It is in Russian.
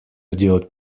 сделать